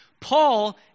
Paul